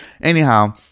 anyhow